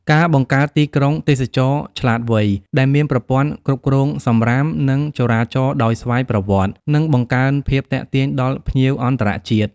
ការបង្កើត "ទីក្រុងទេសចរណ៍ឆ្លាតវៃ" ដែលមានប្រព័ន្ធគ្រប់គ្រងសំរាម និងចរាចរណ៍ដោយស្វ័យប្រវត្តិ នឹងបង្កើនភាពទាក់ទាញដល់ភ្ញៀវអន្តរជាតិ។